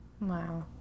Wow